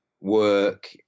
work